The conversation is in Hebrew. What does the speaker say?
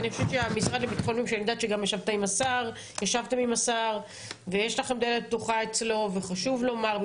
אני יודעת שגם ישבתם עם השר ויש לכם דלת פתוחה אצלו וחשוב לומר.